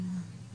אבל שמענו את